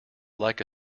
like